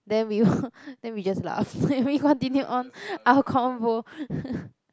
then we then we just laugh and we continue on our convo